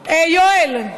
יואל,